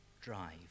drive